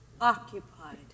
occupied